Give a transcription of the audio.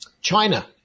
China